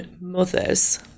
mothers